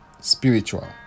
spiritual